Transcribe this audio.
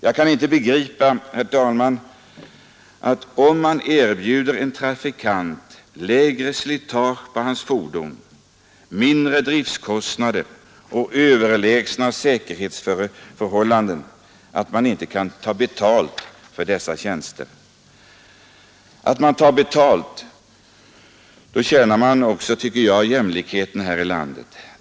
Jag kan inte begripa, herr talman, om man erbjuder en trafikant lägre slitage på hans fordon, mindre driftkostnader och överlägsna säkerhetsförhållanden, att man inte då kan ta betalt för dessa tjänster. Tar man betalt, då tjänar man också, tycker jag, jämlikheten här i landet.